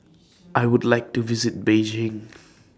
I Would like to visit Beijing